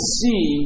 see